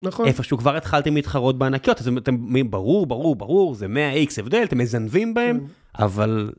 איפשהו כבר התחלתי מתחרות בענקיות אתם ברור ברור ברור זה 100x הבדלת מזנבים בהם אבל.